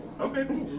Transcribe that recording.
Okay